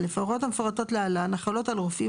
(א) ההוראות המפורטות להלן החלות על רופאים